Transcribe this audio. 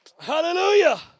Hallelujah